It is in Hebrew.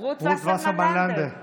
בעד מכלוף